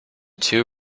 two